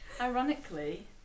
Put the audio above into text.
Ironically